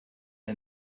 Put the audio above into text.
der